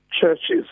churches